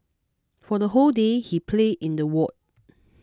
for the whole day he played in the ward